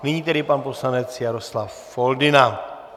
Nyní tedy pan poslanec Jaroslav Foldyna.